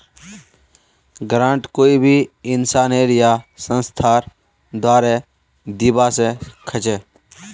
grant कोई भी इंसानेर या संस्थार द्वारे दीबा स ख छ